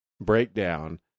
breakdown